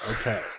Okay